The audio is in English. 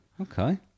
okay